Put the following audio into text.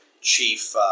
chief